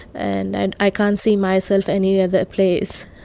and and i can't see myself anywhere other place.